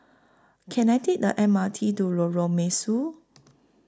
Can I Take The M R T to Lorong Mesu